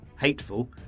hateful